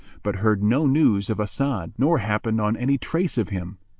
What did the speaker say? but heard no news of as'ad nor happened on any trace of him.